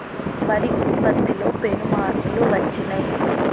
వరి ఉత్పత్తిలో పెను మార్పులు వచ్చినాయ్